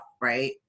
right